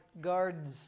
guards